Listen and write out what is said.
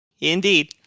Indeed